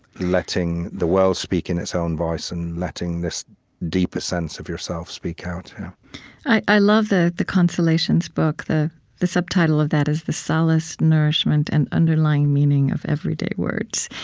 letting the world speak in its own voice and letting this deeper sense of yourself speak out i love the the consolations book. the the subtitle of that is the solace, nourishment, and underlying meaning of everyday words.